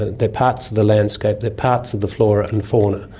ah they're parts of the landscape, they're parts of the flora and fauna.